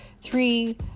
Three